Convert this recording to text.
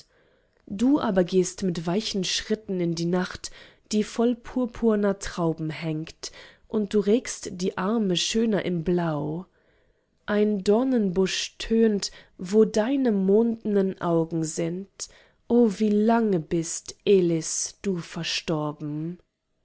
du aber gehst mit weichen schritten in die nacht die voll purpurner trauben hängt und du regst die arme schöner im blau ein dornenbusch tönt wo deine mondenen augen sind o wie lange bist elis du verstorben